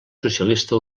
socialista